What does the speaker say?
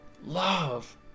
love